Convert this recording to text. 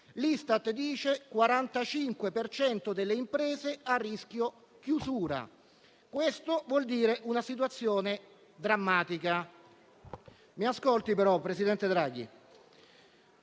L'Istat dice che il 45 per cento delle imprese è a rischio chiusura; questo vuol dire una situazione drammatica. Mi ascolti però, presidente Draghi.